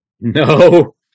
No